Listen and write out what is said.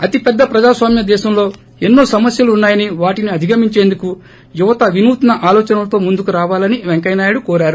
అతి పెద్ద ప్రజాస్వామ్య దేశంలో ఎన్పో సమస్యలు ఉన్నాయని వాటిని అధిగమించేందుకు యువత వినూత్స ఆలోచనలతో ముందుకు రావాలని వెంకయ్యనాయుడు కోరారు